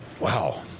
Wow